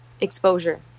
Exposure